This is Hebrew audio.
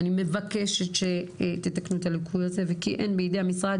אני מבקשת שתתקנו את הליקוי הזה כי אין בידי המשרד